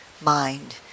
mind